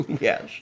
Yes